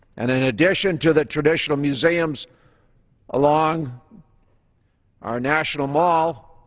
and in addition to the traditional museums along our national mall,